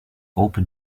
open